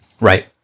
Right